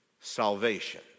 Salvation